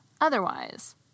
otherwise